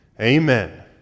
Amen